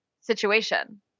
situation